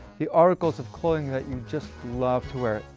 the articles of clothing that you just love to wear,